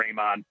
Draymond